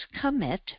commit